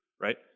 right